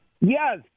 Yes